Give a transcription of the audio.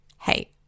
Hey